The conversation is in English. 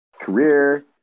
career